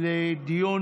לדיון